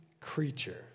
creature